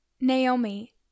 Naomi